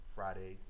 Friday